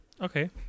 Okay